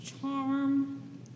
charm